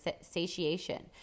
satiation